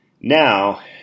Now